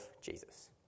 Jesus